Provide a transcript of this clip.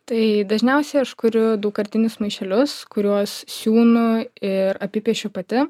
tai dažniausiai aš kuriu daugkartinius maišelius kuriuos siūnu ir apipiešiu pati